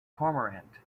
cormorant